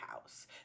house